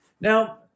Now